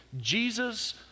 Jesus